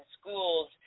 schools